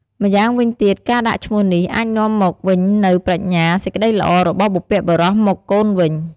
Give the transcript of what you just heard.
ម្យ៉ាងវិញទៀត ការដាក់ឈ្មោះនេះ អាចនាំមកវិញនូវប្រាជ្ញា សេចក្ដីល្អ របស់បុព្វបុរសមកកូនវិញ។